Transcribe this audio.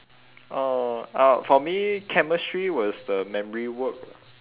oh uh for me chemistry was the memory work lah